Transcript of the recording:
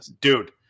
Dude